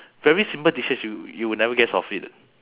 very simple dishes you you will never guess of it